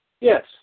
Yes